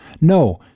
No